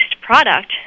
product